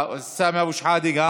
סמי אבו שחאדה.